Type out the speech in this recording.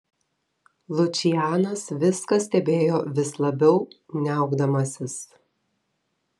lučianas viską stebėjo vis labiau niaukdamasis